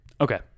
okay